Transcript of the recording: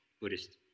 Buddhist